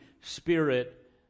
spirit